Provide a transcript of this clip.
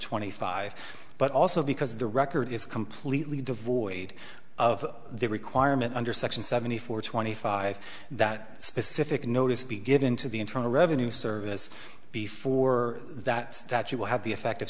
twenty five but also because the record is completely devoid of the requirement under section seventy four twenty five that specific notice be given to the internal revenue service before that statue will have the effect